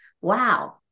wow